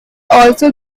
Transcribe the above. also